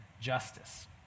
justice